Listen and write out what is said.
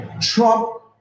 Trump